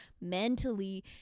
mentally